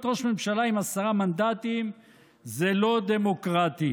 ראש ממשלה עם עשרה מנדטים זה לא דמוקרטי.